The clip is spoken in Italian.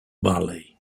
valley